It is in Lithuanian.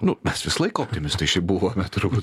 nu mes visą laiką optimistai šiaip buvome turbūt